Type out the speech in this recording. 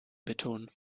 beton